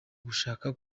gashaka